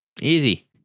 Easy